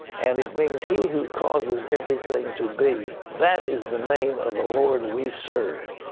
and it means he who causes everything to be. that is the name of the lord we serve.